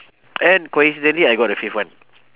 and coincidentally I got the fifth one